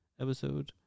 episode